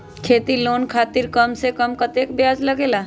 खेती लोन खातीर कम से कम कतेक ब्याज लगेला?